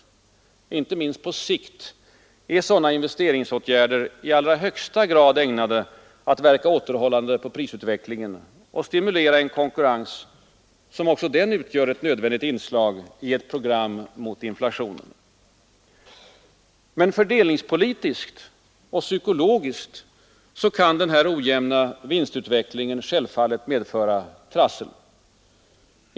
Inte minst på sikt är sådana investeringsåtgärder i allra högsta grad ägnade att verka återhållande på prisutvecklingen och stimulera en konkurrens som också den utgör ett nödvändigt inslag i ett program mot inflationen. Fördelningspolitiskt och psykologiskt kan den ojämna vinstutvecklingen självfallet medföra olägenheter.